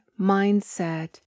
mindset